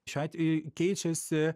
šiuo atve keičiasi